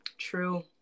true